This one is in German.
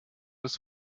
des